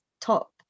top